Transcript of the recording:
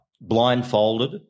blindfolded